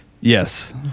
Yes